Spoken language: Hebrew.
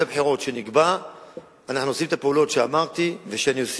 ועד מועד הבחירות שנקבע אנחנו עושים את הפעולות שאמרתי ושאני אוסיף.